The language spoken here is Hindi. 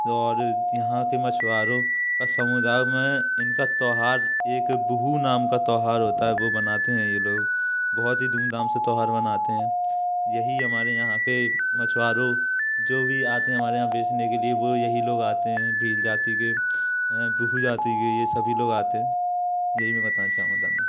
और यहाँ के मछुआरों का समुदाय में इनका त्योहार एक बुहू नाम का त्योहार होता है वो मनाते हैं ये लोग बहुत ही धूमधाम से त्योहार मनाते हैं यही हमारे यहाँ पर मछुआरों जो भी आते हैं हमारे यहाँ बेचने के लिए वो यही लोग आते हैं भील जाति के है बुहु जाति के ये सभी लोग आते हैं यही मैं बताना चाहूँगा धन्यवाद